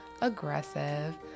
aggressive